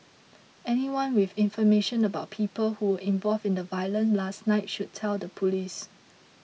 anyone with information about people who were involved in the violence last night should tell the police